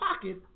pocket